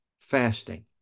fasting